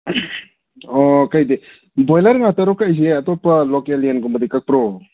ꯑꯣ ꯀꯩꯗꯤ ꯕꯣꯏꯂꯔ ꯉꯥꯛꯇꯔꯣ ꯀꯛꯏꯁꯤ ꯑꯇꯣꯞꯄ ꯂꯣꯀꯦꯜ ꯌꯦꯟꯒꯨꯝꯕꯗꯤ ꯀꯛꯄꯔꯣ